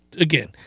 again